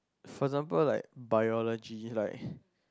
for example like biology like